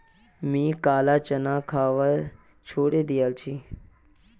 मी काला चना खवा छोड़े दिया छी